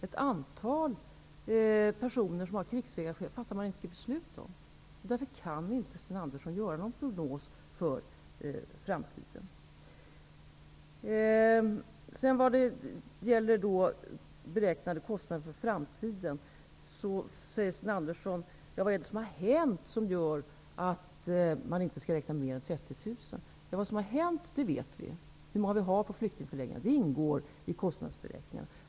Ett antal personer som har krigsvägrarskäl fattar man icke beslut om. Därför kan inte Sten Andersson göra någon prognos för framtiden. Vad gäller den beräknade kostnaden för framtiden undrar Sten Andersson vad det är som har hänt som gör att man inte skall räkna med fler än 30 000. Vad som har hänt vet vi, dvs. hur många vi har på flyktingförläggningarna. De ingår i kostnadsberäkningarna.